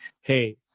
Hey